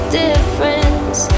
difference